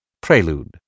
Prelude